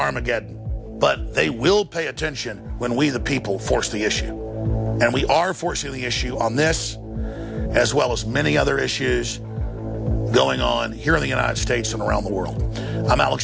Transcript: armageddon but they will pay attention when we the people force the issue and we are forcing the issue on this as well as many other issues going on here in the united states and around the world i'm al